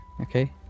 okay